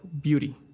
beauty